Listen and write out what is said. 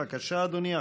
בבקשה, אדוני.